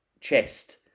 chest